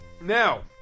Now